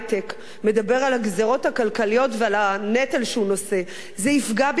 מדבר על הגזירות הכלכליות ועל הנטל שהוא נושא: זה יפגע בי כמו בכולם,